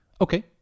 Okay